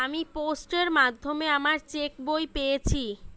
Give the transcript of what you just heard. আমি পোস্টের মাধ্যমে আমার চেক বই পেয়েছি